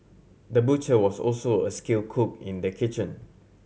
the butcher was also a skill cook in the kitchen